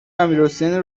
امیرحسین